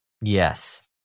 Yes